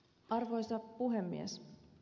arvoisa puhemies